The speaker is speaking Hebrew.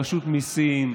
רשות המיסים,